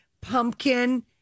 pumpkin